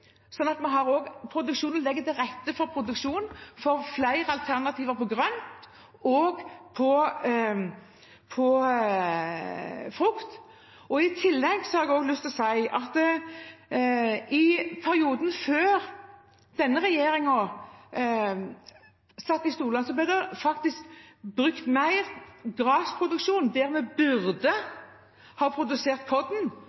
sånn at vi legger til rette for produksjon av flere alternativer innen grønt og frukt. I tillegg har jeg lyst til å si at det i perioden før denne regjeringen faktisk var mer gressproduksjon der vi